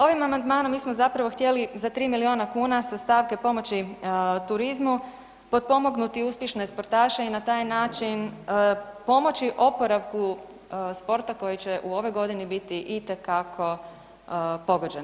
Ovim amandmanom mi smo zapravo htjeli za 3 milijuna kuna sa stavke pomoći turizmu potpomognuti uspješne sportaše i na taj način pomoći oporavku sporta koji će u ovoj godini biti itekako pogođen.